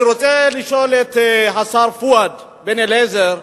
אני רוצה לשאול את השר פואד בן-אליעזר,